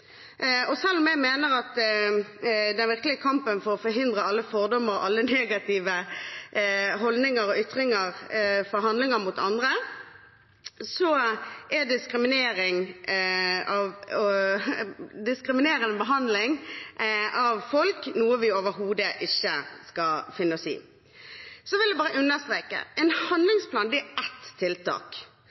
og selv om jeg mener at den virkelige kampen er å forhindre alle fordommer, alle negative holdninger og ytringer for handlinger mot andre, er diskriminerende behandling av folk noe vi overhodet ikke skal finne oss i. Så vil jeg bare understreke: En handlingsplan er ett tiltak.